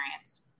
experience